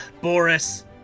Boris